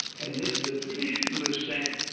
and the traditionalists said,